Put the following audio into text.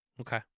Okay